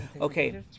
Okay